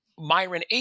Myron